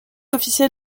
officiel